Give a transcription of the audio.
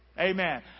Amen